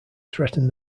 threatened